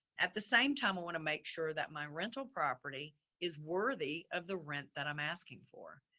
at the same time, i wanna make sure that my rental property is worthy of the rent that i'm asking for.